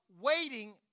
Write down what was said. waiting